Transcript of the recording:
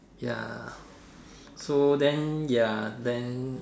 ya so then ya then